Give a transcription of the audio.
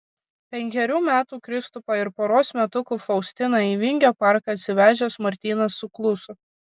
penkerių metų kristupą ir poros metukų faustiną į vingio parką atsivežęs martynas sukluso